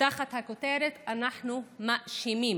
תחת הכותרת "אנחנו מאשימים".